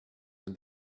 and